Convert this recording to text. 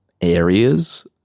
areas